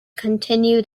continued